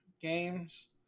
games